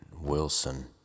Wilson